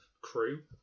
crew